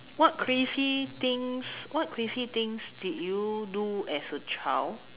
what crazy things what crazy things did you do as a child